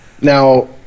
Now